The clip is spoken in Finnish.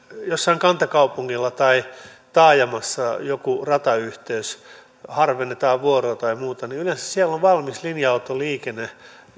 jossain kantakaupungilla tai taajamassa joltain ratayhteydeltä harvennetaan vuoroja tai muuta yleensä siellä on valmis linja autoliikenne